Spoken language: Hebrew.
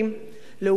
לעומת זאת,